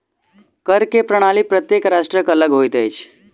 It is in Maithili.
कर के प्रणाली प्रत्येक राष्ट्रक अलग होइत अछि